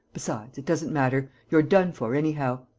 besides, it doesn't matter. you're done for, anyhow.